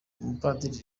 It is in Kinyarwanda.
ubupadiri